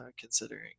considering